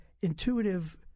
intuitive